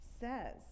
says